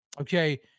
okay